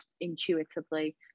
intuitively